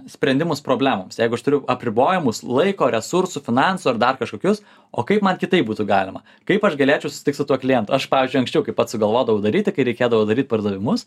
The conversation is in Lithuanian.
sprendimus problemoms jeigu aš turiu apribojimus laiko resursų finansų ar dar kažkokius o kaip man kitaip būtų galima kaip aš galėčiau susitikt su tuo klientu aš pavyzdžiui anksčiau kai pats sugalvodavau daryti kai reikėdavo daryt pardavimus